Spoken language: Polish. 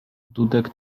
dudek